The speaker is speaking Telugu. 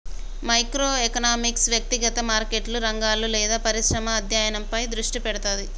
మైక్రో ఎకనామిక్స్ వ్యక్తిగత మార్కెట్లు, రంగాలు లేదా పరిశ్రమల అధ్యయనంపై దృష్టి పెడతది